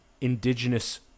indigenous